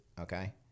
Okay